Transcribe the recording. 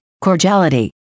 cordiality